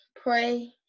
pray